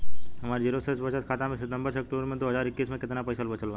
हमार जीरो शेष बचत खाता में सितंबर से अक्तूबर में दो हज़ार इक्कीस में केतना पइसा बचल बा?